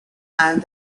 and